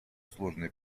сложной